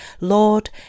Lord